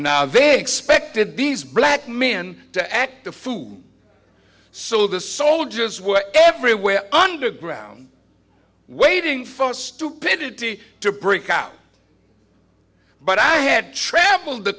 now they expected these black men to act the food so the soldiers were everywhere underground waiting for stupidity to break out but i had travelled the